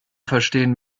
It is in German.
verstehen